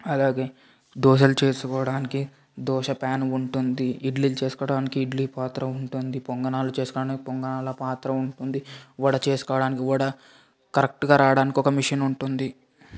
అలాగే దోశలు చేసుకోడానికి దోశ ప్యాను ఉంటుంది ఇడ్లీలు చేసుకోడానికి ఇడ్లీ పాత్ర ఉంటుంది పొంగణాలు చేసుకోడానికి పొంగణాల పాత్ర ఉంటుంది వడ చేసుకోడానికి వడ కరెక్టుగా రావడానికి ఒక మెషీనుంటుంది